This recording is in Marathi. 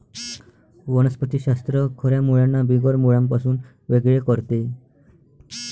वनस्पति शास्त्र खऱ्या मुळांना बिगर मुळांपासून वेगळे करते